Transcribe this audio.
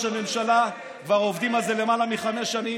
הממשלה כבר עובדים על זה למעלה מחמש שנים.